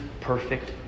perfect